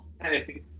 Hey